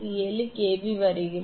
7 KV வருகிறது